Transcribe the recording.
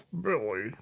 Billy